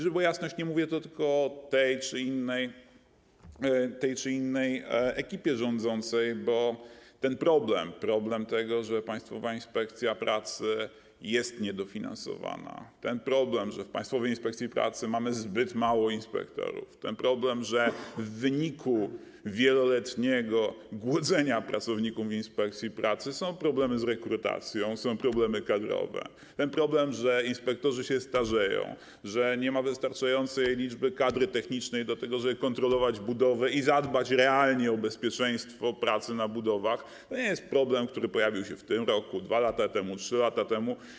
Żeby była jasność, nie mówię tu tylko o tej czy innej ekipie rządzącej, bo ten problem, problem tego, że Państwowa Inspekcja Pracy jest niedofinansowana, ten problem, że w Państwowej Inspekcji Pracy mamy zbyt mało inspektorów, ten problem, że w wyniku wieloletniego głodzenia pracowników Państwowej Inspekcji Pracy są problemy z rekrutacją, są problemy kadrowe, ten problem, że inspektorzy się starzeją, że nie ma wystarczającej liczby kadry technicznej do tego, żeby kontrolować budowy i zadbać realnie o bezpieczeństwo pracy na budowach, to nie jest problem, który pojawił się w tym roku, 2 lata temu, 3 lata temu.